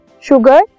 sugar